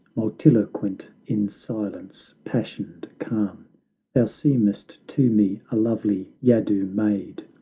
multiloquent in silence, passioned, calm thou seemest to me a lovely yadu maid,